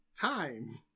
time